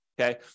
okay